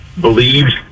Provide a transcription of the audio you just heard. believes